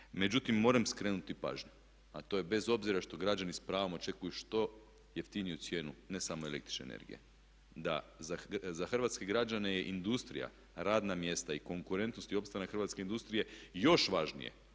Međutim, moram skrenuti pažnju a to je bez obzira što građani s pravom očekuju što jeftiniju cijenu ne samo električne energije da za hrvatske građane industrija, radna mjesta i konkurentnost i opstanak hrvatske industrije još važnije